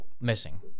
missing